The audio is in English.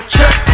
Check